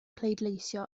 pleidleisio